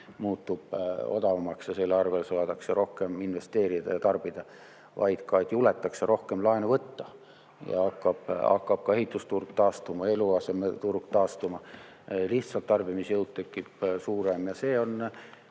muutub odavamaks ja tänu sellele saadakse rohkem investeerida ja tarbida, vaid ka juletakse rohkem laenu võtta ja hakkab ka ehitusturg taastuma, eluasemeturg taastuma. Lihtsalt tekib suurem tarbimisjõud ja see on